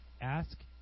ask